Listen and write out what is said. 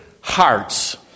hearts